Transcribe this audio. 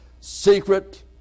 secret